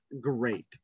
great